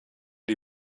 die